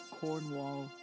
Cornwall